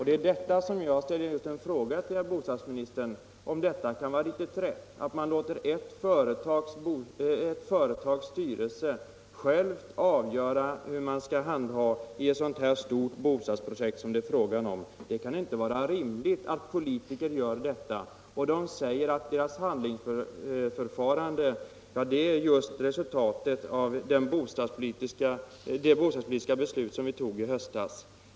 Det är därför jag ställer frågan till herr bostadsministern, om det kan vara alldeles riktigt att man låter ert företags styrelse själv avgöra hur ett sådant här stort bostadsprojekt skall handhas. Det kan inte vara rimligt att politiker gör detta. Man säger att förfarandet just är resultatet av det bostadspolitiska beslut vi fattade i höstas.